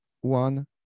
one